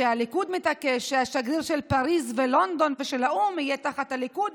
הליכוד מתעקש שהשגריר של פריז ולונדון ושל האו"ם יהיה תחת הליכוד,